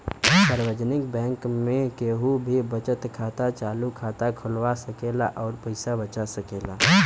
सार्वजनिक बैंक में केहू भी बचत खाता, चालु खाता खोलवा सकेला अउर पैसा बचा सकेला